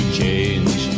change